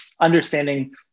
understanding